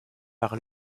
par